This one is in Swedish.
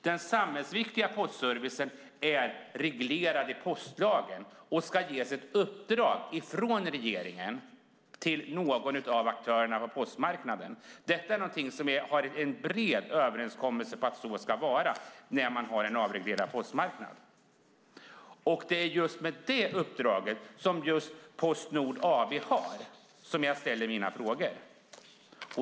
Den samhällsviktiga postservicen är reglerad i postlagen, och det ska ges ett uppdrag från regeringen till någon av aktörerna på postmarknaden. Att så ska vara när man har en avreglerad postmarknad är någonting som finns i en bred överenskommelse. Det är just utifrån det uppdrag som Post Nord AB har som jag ställer mina frågor.